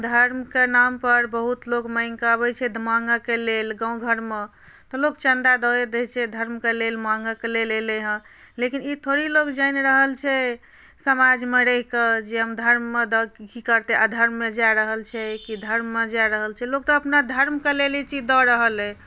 धर्मके नामपर बहुत लोक माँगिके अबै छथि माँगऽके लेल गाँव घरमे तऽ लोक चन्दा दऽ दै छै धर्मके लेल माँगऽके लेल अएलै हँ लेकिन ई थोड़े लोक जानि रहल छै समाजमे रहिके जे हम धर्ममे दऽके की करतै अधर्ममे जा रहल छै कि धर्ममे जा रहल छै लोक तऽ अपना धर्मके लेल ई चीज दऽ रहल अइ